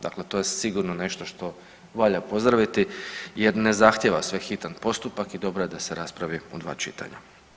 Dakle, to je sigurno nešto što valja pozdraviti jer ne zahtjeva sve hitan postupak i dobro je da se raspravi u dva čitanja.